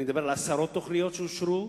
ואני מדבר על עשרות תוכניות שאושרו,